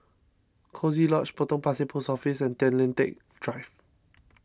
Coziee Lodge Potong Pasir Post Office and Tay Lian Teck Drive